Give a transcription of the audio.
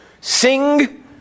sing